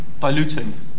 Diluting